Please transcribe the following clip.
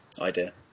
Idea